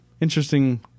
interesting